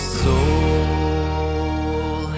soul